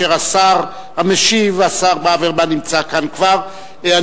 השר המשיב, השר ברוורמן כבר נמצא.